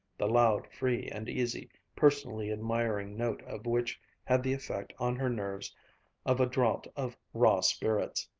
the loud, free-and-easy, personally admiring note of which had the effect on her nerves of a draught of raw spirits.